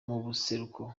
buseruko